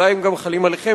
אולי הם גם חלים עליכם,